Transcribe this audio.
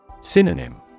Synonym